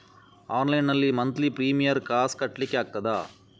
Online ನಲ್ಲಿ monthly premier ಕಾಸ್ ಕಟ್ಲಿಕ್ಕೆ ಆಗ್ತದಾ?